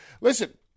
Listen